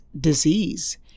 disease